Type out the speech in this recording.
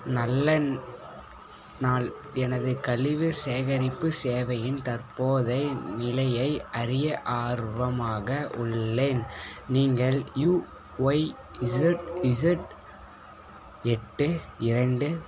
நல்ல நாள் எனது கழிவு சேகரிப்பு சேவையின் தற்போதைய நிலையை அறிய ஆர்வமாக உள்ளேன் நீங்கள் யு ஒய் இஸட் இஸட் எட்டு இரண்டு